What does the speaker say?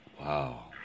Wow